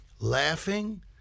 laughing